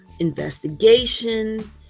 Investigation